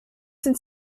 sind